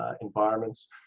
environments